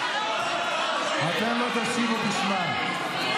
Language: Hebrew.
אתם לא תשיבו בשמה,